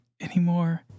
anymore